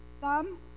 Thumb